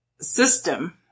system